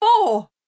Four